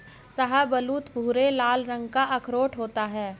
शाहबलूत भूरे लाल रंग का अखरोट होता है